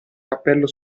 cappello